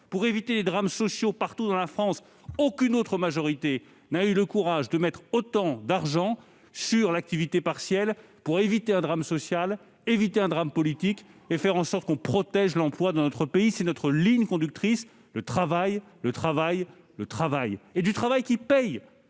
et les drames sociaux partout en France. Aucune autre majorité n'a eu le courage d'investir autant d'argent dans l'activité partielle pour éviter un drame social ou politique et pour faire en sorte de protéger l'emploi dans notre pays ! Telle est notre ligne conductrice : le travail, le travail, le travail. Et du travail qui paie-